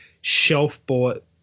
shelf-bought